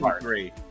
three